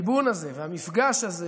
והליבון הזה והמפגש הזה